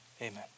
Amen